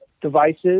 devices